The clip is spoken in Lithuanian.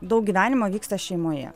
daug gyvenimo vyksta šeimoje